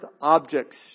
objects